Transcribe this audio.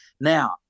Now